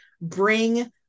Bring